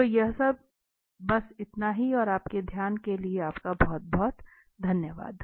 तो यह सब है और आपके ध्यान के लिए बहुत धन्यवाद